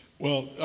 well,